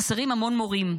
חסרים המון מורים,